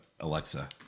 Alexa